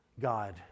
God